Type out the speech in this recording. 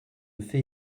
fait